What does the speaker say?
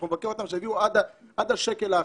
אנחנו נבקר אותם, כך שיביאו עד השקל האחרון.